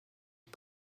une